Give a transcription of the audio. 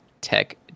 tech